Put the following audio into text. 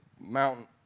mountain